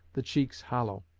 the cheeks hollow.